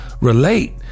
relate